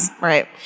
right